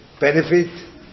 benefit